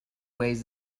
weighs